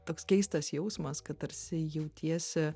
toks keistas jausmas kad tarsi jautiesi